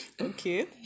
Okay